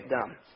done